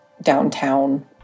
downtown